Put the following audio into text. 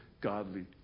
godly